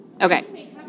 Okay